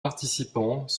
participants